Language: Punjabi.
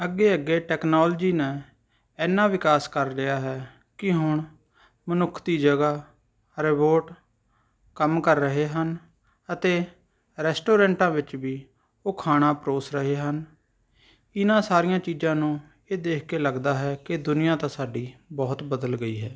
ਅੱਗੇ ਅੱਗੇ ਟੈਕਨੋਲੋਜੀ ਨੇ ਐਨਾ ਵਿਕਾਸ ਕਰ ਲਿਆ ਹੈ ਕਿ ਹੁਣ ਮਨੁੱਖ ਦੀ ਜਗ੍ਹਾ ਰੋਬੋਟ ਕੰਮ ਕਰ ਰਹੇ ਹਨ ਅਤੇ ਰੈਸਟੋਰੈਂਟਾਂ ਵਿੱਚ ਵੀ ਉਹ ਖਾਣਾ ਪਰੋਸ ਰਹੇ ਹਨ ਇਹਨਾਂ ਸਾਰੀਆਂ ਚੀਜ਼ਾਂ ਨੂੰ ਇਹ ਦੇਖ ਕੇ ਲੱਗਦਾ ਹੈ ਕਿ ਦੁਨੀਆਂ ਤਾਂ ਸਾਡੀ ਬਹੁਤ ਬਦਲ ਗਈ ਹੈ